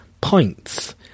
points